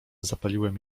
zapaliłem